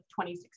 2016